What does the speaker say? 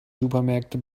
supermärkte